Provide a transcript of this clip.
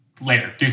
Later